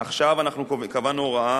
עכשיו אנחנו קבענו הוראה